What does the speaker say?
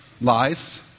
lies